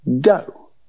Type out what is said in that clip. Go